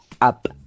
up